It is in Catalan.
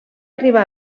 arribar